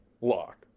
Lock